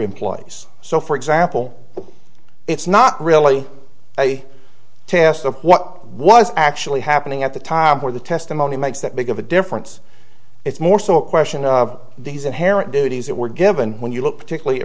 employees so for example it's not really a test of what was actually happening at the time or the testimony makes that big of a difference it's more so a question of these inherent duties that were given when you look particularly